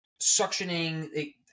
suctioning